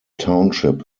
township